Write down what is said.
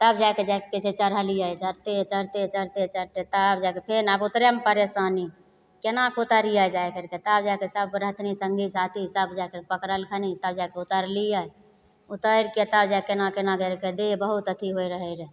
तब जाके जाके चढ़लियै चढ़िते चढ़िते चढ़िते चढ़िते तब जा कऽ फेन आब उतरयमे परेशानी केना कऽ उतरियै जाइ घड़ी तब जाकऽ सब गोरा तनी सङ्गी साथी सब जा कऽ पकरलखिन तब जा कऽ उतरलियै उतरिके तब जा कऽ केना केना करि कऽ देह बहुत अथी होइ रहय रऽ